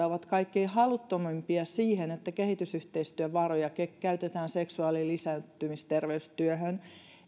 ovat kaikkein haluttomampia siihen että kehitysyhteistyövaroja käytetään seksuaali ja lisääntymisterveystyöhön